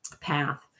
path